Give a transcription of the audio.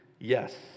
yes